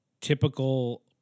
typical